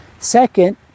Second